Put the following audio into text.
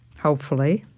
hopefully,